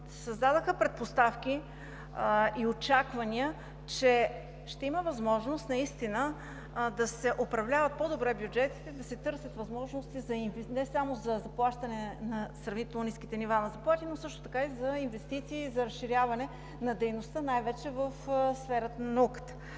създадоха предпоставки и очаквания, че ще има възможност да се управляват по-добре бюджетите, да се търсят възможности не само за заплащане на сравнително ниските нива на заплати, но също така и за инвестиции, и за разширяване на дейността най-вече в сферата на науката.